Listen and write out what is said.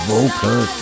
Vocal